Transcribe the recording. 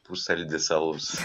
pussaldis alus